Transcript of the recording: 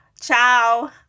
Ciao